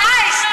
דאעש,